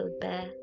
bear